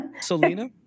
Selena